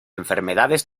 enfermedades